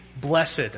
blessed